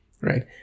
right